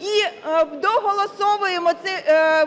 і доголосовуємо